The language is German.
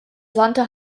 santer